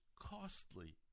costly